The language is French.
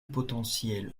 potentiel